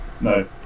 no